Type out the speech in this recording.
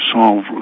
solve